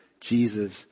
Jesus